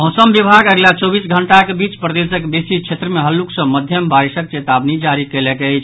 मौसम विभाग अगिला चौबीस घंटाक बीच प्रदेशक बेसी क्षेत्र मे हल्लुक सँ मध्यम बारिशक चेतावनी जारी कयलक अछि